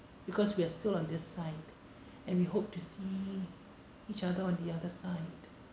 because we are still on this side and we hope to see each other on the other side